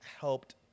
helped